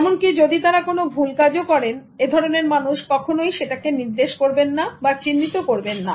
এবং এমনকি যদি তারা কোন ভুল কাজও করেন এ ধরনের মানুষ কখনই সেটা কে নির্দেশ করবেন না বা চিহ্নিত করবেন না